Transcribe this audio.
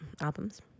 albums